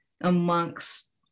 amongst